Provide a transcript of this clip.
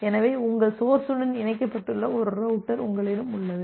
எனவே உங்கள் சோர்ஸ்சுடன் இணைக்கப்பட்டுள்ள ஒரு ரௌட்டர் உங்களிடம் உள்ளது